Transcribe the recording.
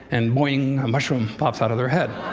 and, boing, a mushroom pops out of their head.